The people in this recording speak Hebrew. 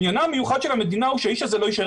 עניינה המיוחד של המדינה הוא שהאיש הזה לא יישאר